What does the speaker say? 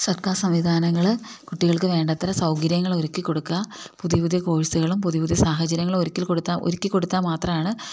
സർക്കാർ സംവിധാനങ്ങള് കുട്ടികൾക്ക് വേണ്ടത്ര സൗകര്യങ്ങളൊരുക്കിക്കൊടുക്കുക പുതിയ പുതിയ കോഴ്സുകളും പുതിയ പുതിയ സാഹചര്യങ്ങളും ഒരുക്കിക്കൊടുത്താല് മാത്രമാണ്